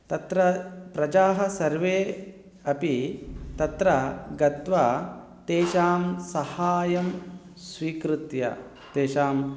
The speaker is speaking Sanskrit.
तत्र प्रजाः सर्वे अपि तत्र गत्वा तेषां सहायं स्वीकृत्य तेषाम्